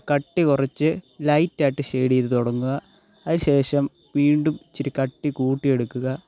കട്ടി കുറച്ച് ലൈറ്റായിട്ട് ഷെയ്ഡ് ചെയ്ത് തുടങ്ങുക അതിന് ശേഷം വീണ്ടും ഇച്ചിരി കട്ടി കൂട്ടി എടുക്കുക